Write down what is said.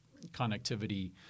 connectivity